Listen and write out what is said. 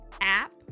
app